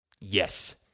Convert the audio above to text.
yes